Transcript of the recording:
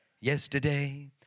Yesterday